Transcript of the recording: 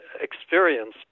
experience